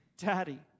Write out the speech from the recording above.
Daddy